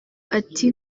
ati